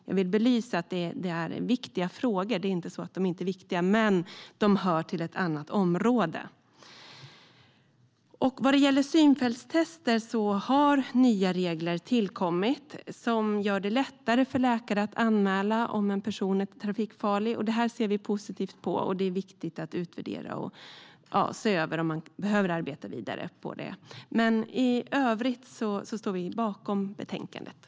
Jag vill ändå belysa att det här är viktiga frågor, men de hör alltså till ett annat område.I övrigt står Vänsterpartiet bakom utskottets förslag i betänkandet.